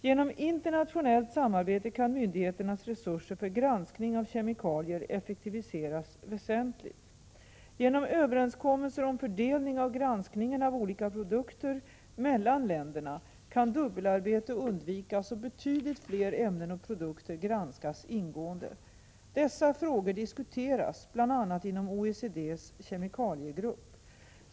Genom internationellt samarbete kan myndigheternas resurser för granskning av kemikalier effektiviseras väsentligt. Genom överenskommelser om fördelning av granskningen av olika produkter mellan länderna kan dubbelarbete undvikas och betydligt fler ämnen och produkter granskas ingående. Dessa frågor diskuteras bl.a. inom OECD:s kemikaliegrupp.